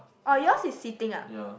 oh yours is sitting ah